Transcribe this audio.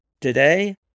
Today